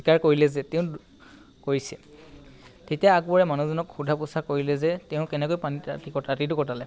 স্বীকাৰ কৰিলে যে তেওঁ কৰিছে তেতিয়া আকবৰে মানুহজনক সোধা পোছা কৰিলে যে তেওঁ কেনেকৈ পানীত ৰাতি ৰাতিটো কটালে